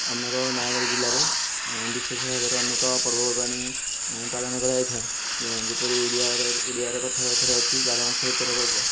ଆମର ନୟାଗଡ଼ ଜିଲ୍ଲାରେ ବିଶେଷ ଭାବରେ ଅନେକ ପର୍ବ ପର୍ବାଣି ପାଳନ କରାଯାଇଥାଏ ଯେପରି ଓଡ଼ିଆରେ କଥାରେ କଥାରେ ଅଛି ବାର ମାସରେ ତେର ପର୍ବ